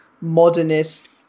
modernist